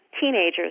teenagers